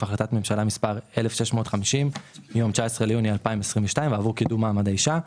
החלטת ממשלה מספר 1650 מיום 19 ביוני 2022 ועבור קידום מעמד האישה.